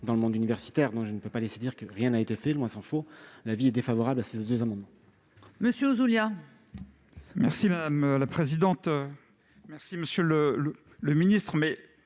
dans le monde universitaire. Je ne peux pas laisser dire que rien n'a été fait, loin s'en faut ! L'avis est donc défavorable sur ces deux amendements.